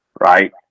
Right